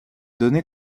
données